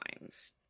lines